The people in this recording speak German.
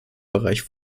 bereich